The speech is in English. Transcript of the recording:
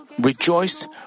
rejoiced